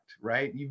right